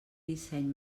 disseny